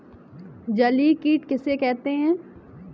जलीय कीट किसे कहते हैं?